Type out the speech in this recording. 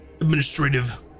administrative